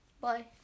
Bye